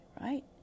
right